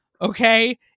Okay